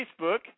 Facebook